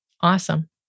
Awesome